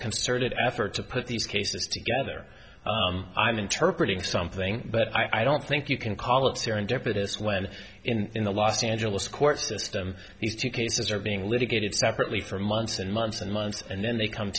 concerted effort to put these cases together i'm interpret ing something but i don't think you can call it serendipitous when in the los angeles court system these two cases are being litigated separately for months and months and months and then they come